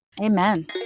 amen